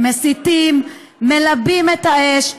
הם מסיתים, מלבים את האש,